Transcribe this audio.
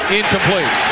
incomplete